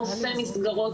אלפי מסגרות,